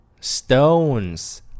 stones